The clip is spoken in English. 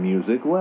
Music